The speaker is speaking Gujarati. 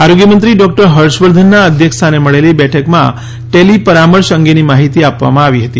આરોગ્ય મંત્રી ડોક્ટર હર્ષ વર્ધનના અધ્યક્ષ સ્થાને મળેલી બેઠકમાં ટેલિ પરામર્શ અંગેની માહિતી આપવામાં આવી હતી